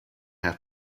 have